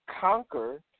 conquer